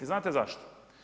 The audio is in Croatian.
Znate zašto?